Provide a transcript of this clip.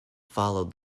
followed